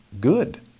good